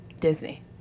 Disney